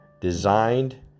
designed